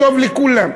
טוב לכולם.